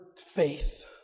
faith